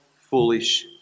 foolish